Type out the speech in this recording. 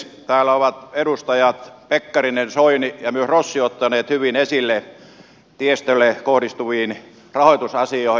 täällä ovat edustajat pekkarinen soini ja myös rossi ottaneet hyvin esille tiestöön kohdistuvat rahoitusasiat